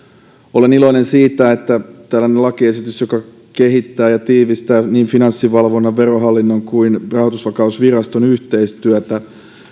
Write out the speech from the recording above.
olen iloinen siitä että tällainen lakiesitys joka kehittää ja tiivistää niin finanssivalvonnan verohallinnon kuin rahoitusvakausviraston yhteistyötä